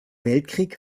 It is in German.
weltkrieg